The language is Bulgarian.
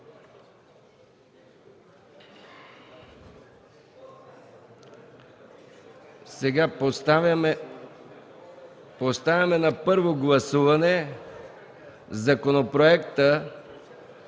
приет. Поставям на първо гласуване Законопроекта